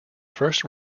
first